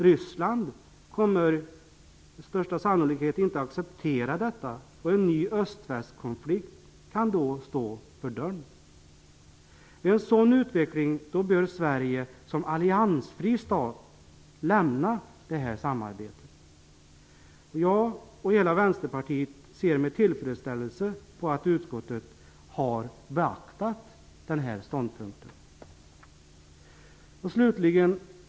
Ryssland kommer med största sannolikhet inte att acceptera detta, och en ny öst--väst-konflikt kan då stå för dörren. Vid en sådan utveckling bör Jag och hela Vänsterpartiet ser med tillfredsställelse på att utskottet har beaktat den ståndpunkten. Fru talman!